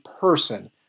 person